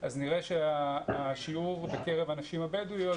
אז נראה שהשיעור בקרב הנשים הבדואיות,